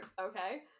Okay